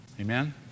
Amen